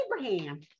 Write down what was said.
Abraham